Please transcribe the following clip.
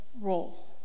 role